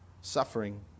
suffering